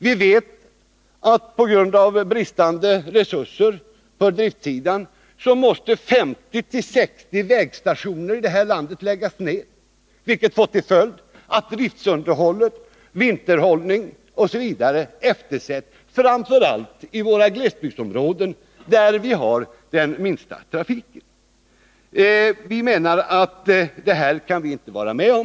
Vi vet att på driftssidan 50-60 vägstationer i landet delvis på grund av bristande resurser måste läggas ner, vilket får till följd att driftsunderhåll, vinterhållning osv. eftersätts, framför allt inom glesbygdsområdena, där vi har den minsta trafiken. Det här kan vi inte vara med om.